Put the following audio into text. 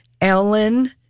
Ellen